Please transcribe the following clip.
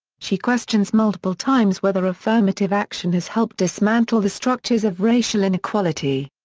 she questions multiple times whether affirmative action has helped dismantle the structures of racial inequality.